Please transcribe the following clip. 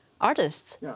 artists